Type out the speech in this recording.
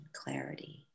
clarity